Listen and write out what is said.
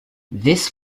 this